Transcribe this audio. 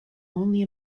only